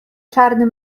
czarny